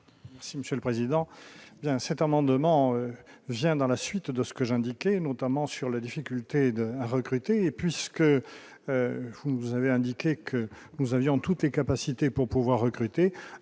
Monsieur le Président, bien cet amendement vient dans la suite de ce que j'ai indiqué notamment sur la difficulté de à recruter et puisque vous avez indiqué que nous avions toutes les capacités pour pouvoir recruter